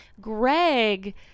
Greg